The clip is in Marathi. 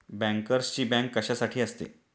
बँकर्सची बँक कशासाठी असते?